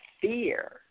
fear